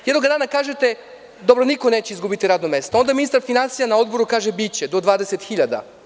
Jednog dana kažete – dobro, niko neće izgubiti radno mesto, onda ministar finansija na odboru kaže – biće, do 20.000.